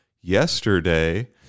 yesterday